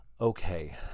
Okay